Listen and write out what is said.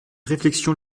réflexion